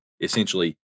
essentially